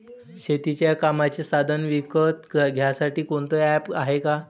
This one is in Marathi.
शेतीच्या कामाचे साधनं विकत घ्यासाठी कोनतं ॲप हाये का?